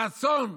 הרצון,